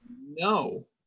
No